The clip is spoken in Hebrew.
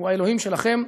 הוא האלוהים שלכם,